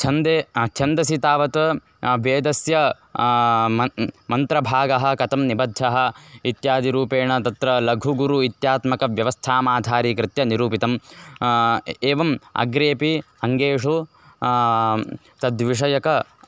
छन्दे छन्दसि तावत् वेदस्य मन् मन्त्रभागः कथं निबद्धः इत्यादिरूपेण तत्र लघुगुरु इत्यात्मकव्यवस्थामाधारीकृत्य निरूपितम् ए एवम् अग्रेऽपि अङ्गेषु तद्विषयकं